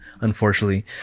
unfortunately